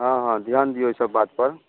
हँ हँ ध्यान दियौ एहि सभ बात पर